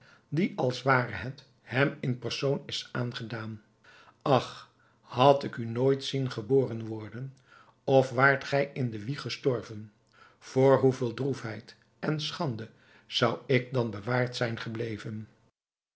die als ware het hem in persoon is aangedaan ach had ik u nooit zien geboren worden of waart gij in de wieg gestorven voor hoeveel droefheid en schande zou ik dan bewaard zijn gebleven